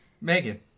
Megan